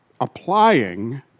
applying